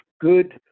good